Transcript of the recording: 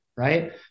right